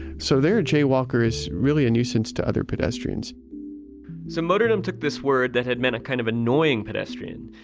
so there a jaywalker is really a nuisance to other pedestrians so motordom took this word that had meant a kind of annoying pedestrian,